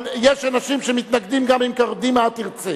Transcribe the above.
אבל יש אנשים שמתנגדים גם אם קדימה תרצה,